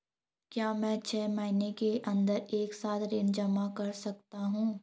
क्या मैं छः महीने के अन्दर एक साथ ऋण जमा कर सकता हूँ?